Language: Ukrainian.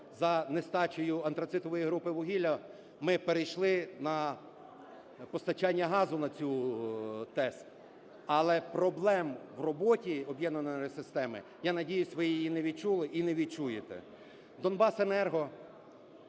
за нестачею антрацитової групи вугілля ми перейшли на постачання газу на цю ТЕС, але проблем в роботі об'єднаної енергосистеми, я надіюсь, ви її не відчули і не відчуєте. "Донбасенерго",